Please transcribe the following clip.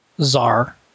czar